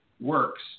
works